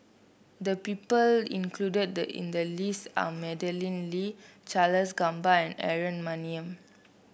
the people included in the list are Madeleine Lee Charles Gamba and Aaron Maniam